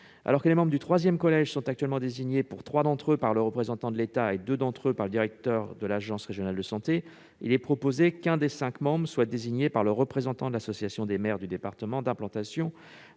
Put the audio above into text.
Alors que les membres du troisième collège sont actuellement désignés, pour trois d'entre eux, par le représentant de l'État, et, pour deux d'entre eux, par le directeur de l'agence régionale de santé, l'ARS, il est proposé qu'un des cinq membres soit désigné par le représentant de l'association des maires du département d'implantation